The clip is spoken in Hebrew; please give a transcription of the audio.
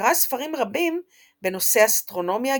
וקרא ספרים רבים בנושא אסטרונומיה,